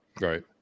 Right